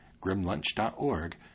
grimlunch.org